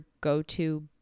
go-to